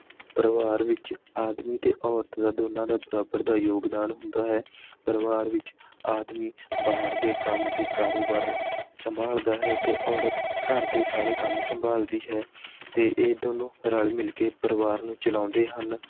ਪਰਿਵਾਰ ਵਿੱਚ ਆਦਮੀ ਅਤੇ ਔਰਤ ਦਾ ਦੋਨਾਂ ਦਾ ਬਰਾਬਰ ਦਾ ਯੋਗਦਾਨ ਹੁੰਦਾ ਹੈ ਪਰਿਵਾਰ ਵਿੱਚ ਆਦਮੀ ਬਾਹਰ ਦੇ ਕੰਮ ਅਤੇ ਕਾਰੋਬਾਰ ਸੰਭਾਲਦਾ ਹੈ ਅਤੇ ਔਰਤ ਘਰ ਦੇ ਸਾਰੇ ਕੰਮ ਸੰਭਾਲਦੀ ਹੈ ਅਤੇ ਇਹ ਦੋਨੋਂ ਰਲ ਮਿਲ ਕੇ ਪਰਿਵਾਰ ਨੂੰ ਚਲਾਉਂਦੇ ਹਨ